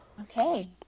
okay